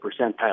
percentile